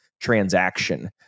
transaction